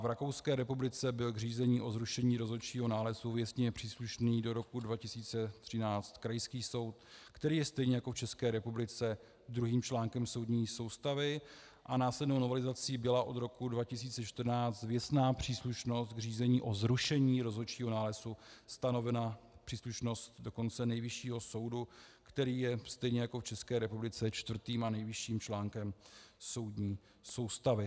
V Rakouské republice byl k řízení o zrušení rozhodčího nálezu věcně příslušný do roku 2013 krajský soud, který je stejně jako v České republice druhým článkem soudní soustavy, a následnou novelizací byla od roku 2014 věcná příslušnost k řízení o zrušení rozhodčího nálezu stanovena příslušnost dokonce nejvyššího soudu, který je, stejně jako v České republice, čtvrtým a nejvyšším článkem soudní soustavy.